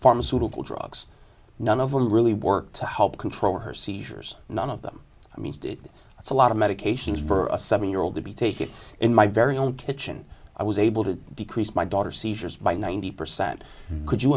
pharmaceutical drugs none of them really worked to help control her seizures none of them i mean that's a lot of medications for a seven year old to be taking in my very own kitchen i was able to decrease my daughter seizures by ninety percent could you